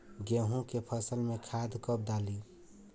गेहूं के फसल में खाद कब डाली?